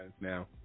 Now